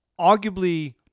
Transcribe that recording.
Arguably